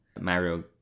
Mario